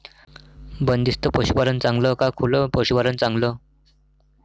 बंदिस्त पशूपालन चांगलं का खुलं पशूपालन चांगलं?